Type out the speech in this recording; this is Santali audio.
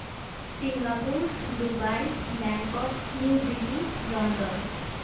Singapore Dubai Bangkok New Delhi London